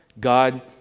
god